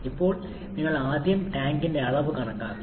ഇപ്പോൾ നിങ്ങൾ ആദ്യം ടാങ്കിന്റെ അളവ് കണക്കാക്കണം